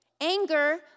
Anger